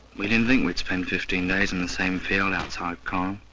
we didn't think we'd spend fifteen days in the same field outside caen.